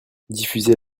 diffuser